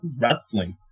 wrestling